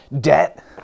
debt